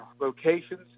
locations